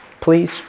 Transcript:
please